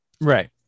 Right